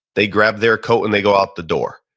they grab their coat and they go out the door.